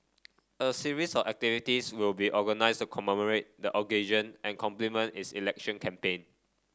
a series of activities will be organised to commemorate the occasion and complement its election campaign